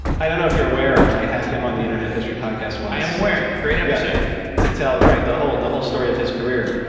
i don't know if you're aware. i had him on the internet history podcast once i am aware. great episode to tell, right, the whole the whole story of his career.